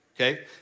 okay